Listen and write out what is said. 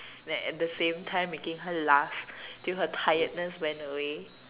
then at the same time making her laugh till her tiredness went away